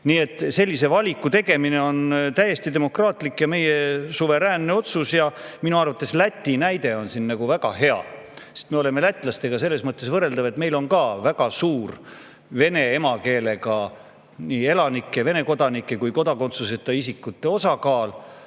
Nii et sellise valiku tegemine on täiesti demokraatlik ja meie suveräänne otsus. Minu arvates on Läti näide siin väga hea. Me oleme lätlastega selles mõttes võrreldavad, et meil on ka väga suur vene emakeelega nii elanike, Vene kodanike kui ka kodakondsuseta isikute osakaal.